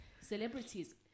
celebrities